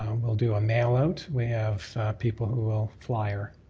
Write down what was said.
um we'll do a mail-out. we have people who will flyer